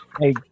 Hey